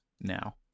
now